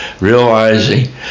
realizing